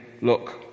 look